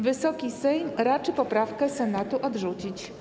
Wysoki Sejm raczy poprawkę Senatu odrzucić.